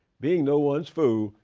being no one's fool,